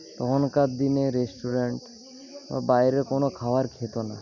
তখনকার দিনে রেষ্টুরেন্ট বাইরে কোন খাবার খেত না